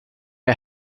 det